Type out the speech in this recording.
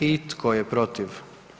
I tko je protiv?